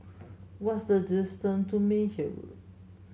what is the distant to Meyer Road